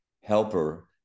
helper